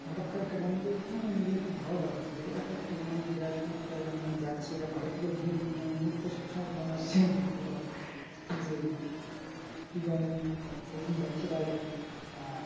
হঠাৎ করে একটা বন্ধুকে খুব মানে নিজের খুব ভালো লাগল যে এক একটা মানুষ যা একটা মানে যাচ্ছে আর বাড়ি থেকে মু মানে মুহূর্তে সবসময় ফোন আসছে মা বাবার যে কী জানি প্রথম যাচ্ছে বাইরে আর